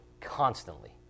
constantly